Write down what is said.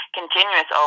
continuous